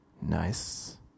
nice